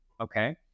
okay